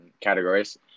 categories